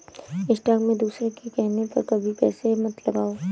stock में दूसरों के कहने पर कभी पैसे मत लगाओ